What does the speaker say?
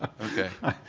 okay,